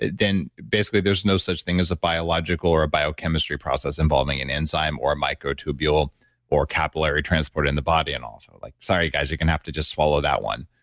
then basically there's no such thing as a biological or a biochemistry process involving an enzyme or a microtubule or capillary transport in the body and also like, sorry guys, you can have to just swallow that one.